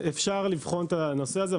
אפשר לבחון את הנושא הזה.